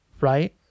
Right